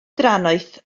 drannoeth